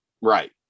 Right